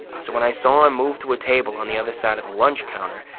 so when i saw him move to a table on the other side of the lunch counter,